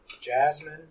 jasmine